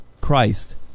Christ